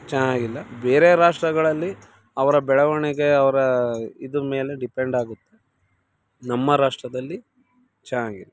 ಚೆನ್ನಾಗಿಲ್ಲ ಬೇರೆ ರಾಷ್ಟ್ರಗಳಲ್ಲಿ ಅವರ ಬೆಳವಣಿಗೆ ಅವರ ಇದು ಮೇಲೆ ಡಿಪೆಂಡ್ ಆಗುತ್ತೆ ನಮ್ಮ ರಾಷ್ಟ್ರದಲ್ಲಿ ಚೆನ್ನಾಗಿಲ್ಲ